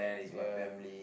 ya